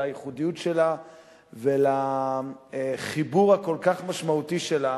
לייחודיות שלה ולחיבור הכל-כך משמעותי שלה,